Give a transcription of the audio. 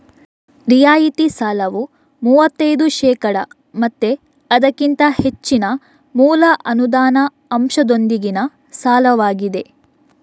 ರಿಯಾಯಿತಿ ಸಾಲವು ಮೂವತ್ತೈದು ಶೇಕಡಾ ಮತ್ತೆ ಅದಕ್ಕಿಂತ ಹೆಚ್ಚಿನ ಮೂಲ ಅನುದಾನ ಅಂಶದೊಂದಿಗಿನ ಸಾಲವಾಗಿದೆ